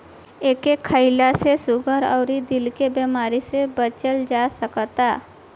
एके खईला से सुगर अउरी दिल के बेमारी से बचल जा सकता